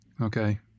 Okay